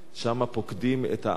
שם פוקדים את העם,